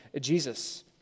Jesus